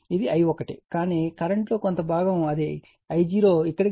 ఇది I1 కాని కరెంట్లో కొంత భాగం అది I0 ఇక్కడకు వెళ్తుంది I0 Ic j Im